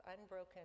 unbroken